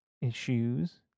issues